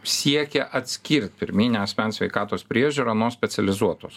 siekia atskirt pirminę asmens sveikatos priežiūrą nuo specializuotos